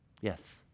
Yes